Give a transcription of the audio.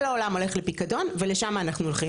כל העולם הולך לפיקדון ולשם אנחנו הולכים.